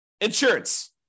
insurance